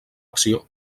acció